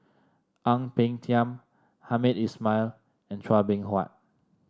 Ang Peng Tiam Hamed Ismail and Chua Beng Huat